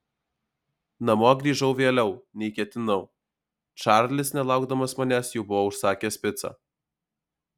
namo grįžau vėliau nei ketinau čarlis nelaukdamas manęs jau buvo užsakęs picą